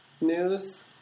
news